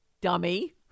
dummy